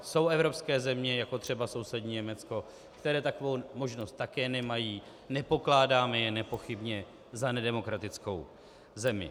Jsou evropské země, jako třeba sousední Německo, které takovou možnost také nemají, nepokládáme je nepochybně za nedemokratickou zemi.